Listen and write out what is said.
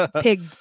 pig